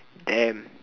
damn